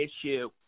issue